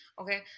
okay